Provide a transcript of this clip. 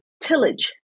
tillage